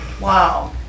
Wow